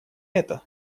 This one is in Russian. это